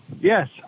yes